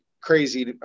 crazy